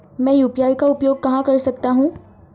मैं यू.पी.आई का उपयोग कहां कर सकता हूं?